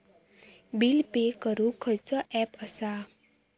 Bill pay करूक खैचो app असा?